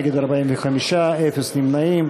נגד, 45, אפס נמנעים.